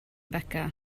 beca